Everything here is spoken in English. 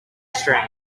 strength